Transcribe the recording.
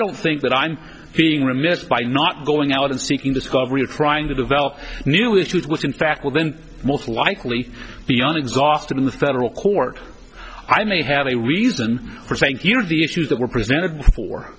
don't think that i'm being remiss by not going out and seeking discovery or trying to develop new issues which in fact will then most likely be on exhausted in the federal court i may have a reason for saying you know the issues that were presented before